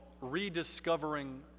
Rediscovering